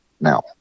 now